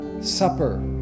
supper